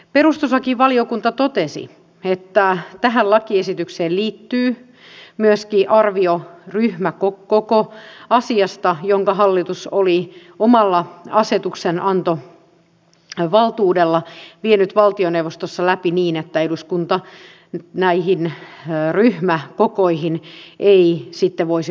perustuslakivaliokunta totesi että tähän lakiesitykseen liittyy myöskin arvio ryhmäkokoasiasta jonka hallitus oli omalla asetuksenantovaltuudella vienyt valtioneuvostossa läpi niin että eduskunta näihin ryhmäkokoihin ei sitten voisi ottaa kantaa